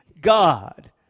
God